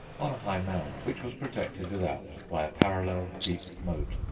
on a high mound which was protected without by a parallel deep moat.